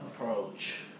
approach